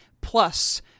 plus